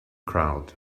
crowd